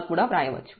గా కూడా వ్రాయవచ్చు